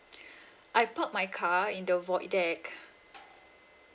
I parked my car in the void deck